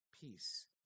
peace